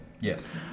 Yes